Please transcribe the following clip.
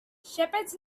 shepherds